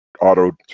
auto